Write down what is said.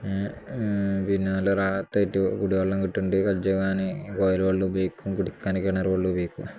പിന്നെ നല്ല രാറത്തായിട്ട് കുടിവെള്ളം കിട്ടുന്നുണ്ട് കഞ്ചകാന് കുഴൽ വെള്ളം ഉപയോഗിക്കും കുടിക്കാൻ കിണർ വെള്ളം ഉപയോഗിക്കും